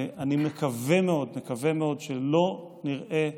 אני מקווה מאוד, מקווה מאוד שלא נראה עוד,